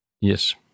Yes